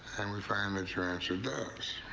and we find that your answer does.